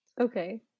okay